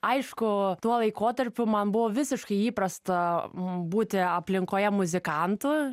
aišku tuo laikotarpiu man buvo visiškai įprasta būti aplinkoje muzikantų